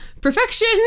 perfection